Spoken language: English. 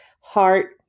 heart